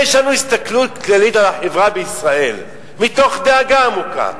יש לנו הסתכלות כללית על החברה בישראל מתוך דאגה עמוקה.